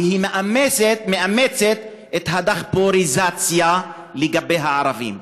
והיא מאמצת את הדחפוריזציה לגבי הערבים.